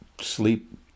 sleep